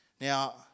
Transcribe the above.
Now